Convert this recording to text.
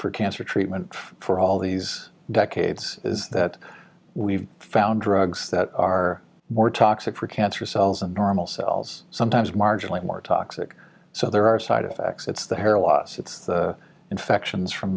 for cancer treatment for all these decades is that we've found drugs that are more toxic for cancer cells and normal cells sometimes marginally more toxic so there are side effects it's the hair loss it's the infections from